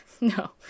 No